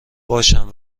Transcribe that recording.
باشم